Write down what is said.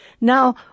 Now